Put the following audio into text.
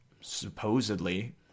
supposedly